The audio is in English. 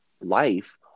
life